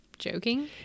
joking